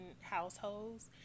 households